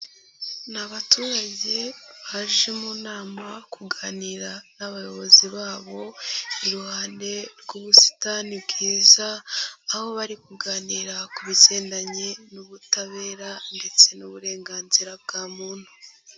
Ni abaturage baje mu nama kuganira n'abayobozi babo, iruhande rw'ubusitani bwiza, aho bari kuganira ku bigendanye n'ubutabera ndetse n'uburenganzira bwa muntu.